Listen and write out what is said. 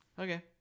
Okay